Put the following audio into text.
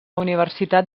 universitat